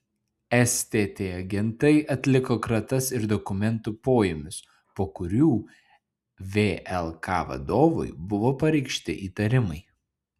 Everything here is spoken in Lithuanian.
stt agentai atliko kratas ir dokumentų poėmius po kurių vlk vadovui buvo pareikšti įtarimai